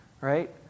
right